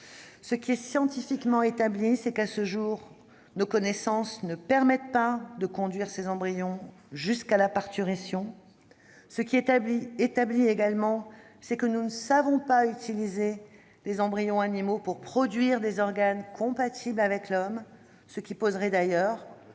Ce qui est scientifiquement établi, c'est que, à ce jour, nos connaissances ne nous permettent pas de conduire ces embryons jusqu'à la parturition ; il est tout aussi établi que nous ne savons pas utiliser des embryons animaux pour produire des organes compatibles avec l'homme, ce qui poserait du reste